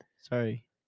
Sorry